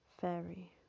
Fairy